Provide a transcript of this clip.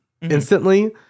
instantly